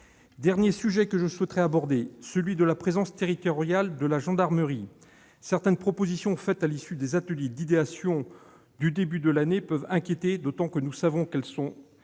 dernier sujet que je souhaite aborder est celui de la présence territoriale de la gendarmerie. Certaines propositions formulées à l'issue des ateliers d'idéation du début de l'année peuvent inquiéter, d'autant que nous savons qu'elles sont